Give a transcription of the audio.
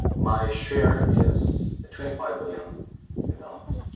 my share is twenty five million dollars.